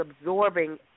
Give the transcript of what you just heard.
absorbing